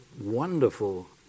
wonderful